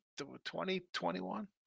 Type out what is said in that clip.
2021